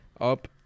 Up